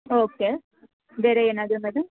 okay ಬೇರೆ ಏನಾದರು madam